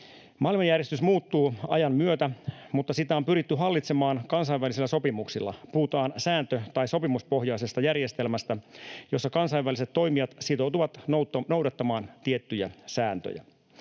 Maailmanjärjestys muuttuu ajan myötä, mutta sitä on pyritty hallitsemaan kansainvälisillä sopimuksilla — puhutaan sääntö- tai sopimuspohjaisesta järjestelmästä, jossa kansainväliset toimijat sitoutuvat noudattamaan tiettyjä sääntöjä.